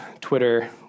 Twitter